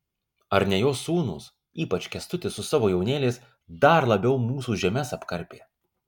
ar ne jo sūnūs ypač kęstutis su savo jaunėliais dar labiau mūsų žemes apkarpė